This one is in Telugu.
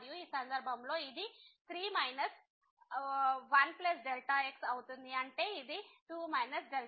మరియు ఈ సందర్భంలో ఇది 3 1x అవుతుంది అంటే ఇది 2 x